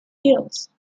hills